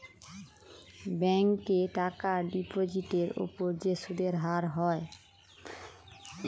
ব্যাংকে টাকার ডিপোজিটের উপর যে সুদের হার হয়